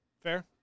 Fair